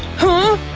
huh?